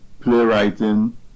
playwriting